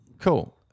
Cool